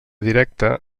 directa